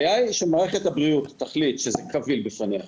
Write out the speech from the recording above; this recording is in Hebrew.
הבעיה היא כשמערכת הבריאות תחליט שזה קביל בפניה